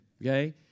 okay